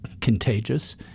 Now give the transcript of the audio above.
Contagious